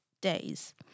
days